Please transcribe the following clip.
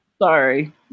Sorry